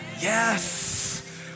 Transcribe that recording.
Yes